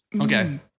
Okay